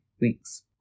weeks